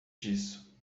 disso